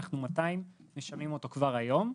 אנחנו 200 משלמים אותו כבר היום.